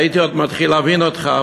הייתי עוד מתחיל להבין אותך.